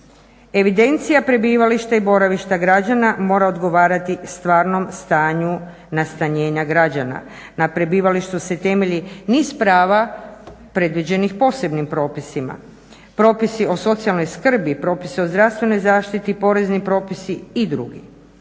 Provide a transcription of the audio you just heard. Evidencija prebivališta i boravišta građana mora odgovarati stvarnom stanju nastanjenja građana. Na prebivalištu se temelji niz prava predviđenih posebnim propisima, propisi o socijalnoj skrbi, propisi o zdravstvenoj zaštiti, porezni propisi i drugi.